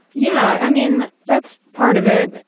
yeah, i mean, that's part of it.